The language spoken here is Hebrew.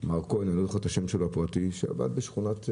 מר כהן אני לא זוכר את השם הפרטי שלו שעבד בשכונת הבוכרים.